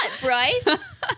Bryce